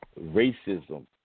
racism